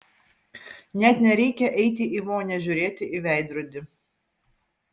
net nereikia eiti į vonią žiūrėti į veidrodį